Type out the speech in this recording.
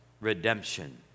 redemption